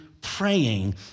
praying